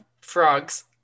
Frogs